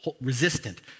resistant